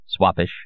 Swappish